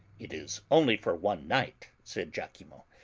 it is only for one night, said lachimo,